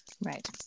Right